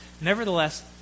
Nevertheless